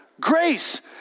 grace